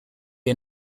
are